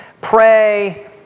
pray